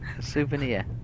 Souvenir